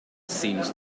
seems